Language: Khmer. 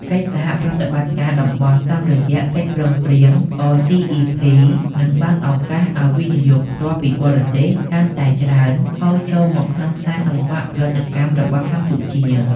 កិច្ចសហប្រតិបត្តិការតំបន់តាមរយៈកិច្ចព្រមព្រៀង RCEP នឹងបើកឱកាសឱ្យ វិនិយោគផ្ទាល់ពីបរទេស កាន់តែច្រើនហូរចូលមកក្នុងខ្សែសង្វាក់ផលិតកម្មរបស់កម្ពុជា។